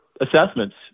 assessments